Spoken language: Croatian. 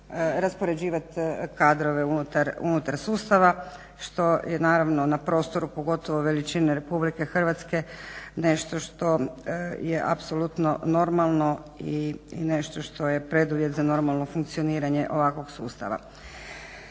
raspoređivati kadrove unutar sustava, što je naravno na prostoru pogotovo veličine Republike Hrvatske nešto što je apsolutno normalno i nešto što je preduvjet za normalno funkcioniranje ovakvog sustava.